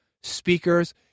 speakers